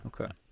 Okay